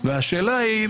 והשאלה היא,